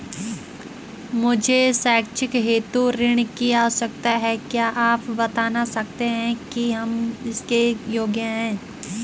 मुझे शैक्षिक हेतु ऋण की आवश्यकता है क्या आप बताना सकते हैं कि हम इसके योग्य हैं?